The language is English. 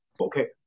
okay